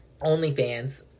OnlyFans